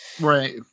right